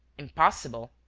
impossible,